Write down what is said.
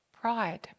pride